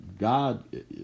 God